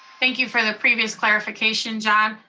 thank you for the previous clarification, john.